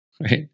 right